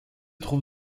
trouve